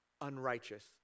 unrighteous